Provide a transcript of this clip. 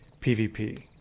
pvp